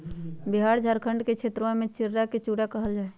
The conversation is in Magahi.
बिहार झारखंड के क्षेत्रवा में चिड़वा के चूड़ा कहल जाहई